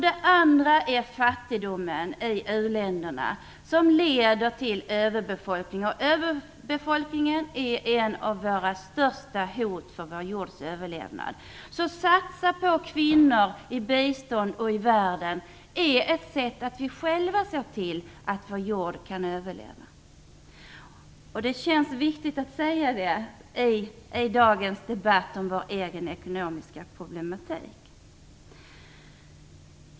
Det andra är fattigdomen i u-länderna, som leder till överbefolkning. Överbefolkningen är ett av de största hoten mot vår jords överlevnad. En satsning på kvinnor i biståndet och i världen är därför ett sätt för oss att se till att vår jord kan överleva. Det känns viktigt att säga det, i dagens debatt om vår egen ekonomiska problematik.